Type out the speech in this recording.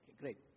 great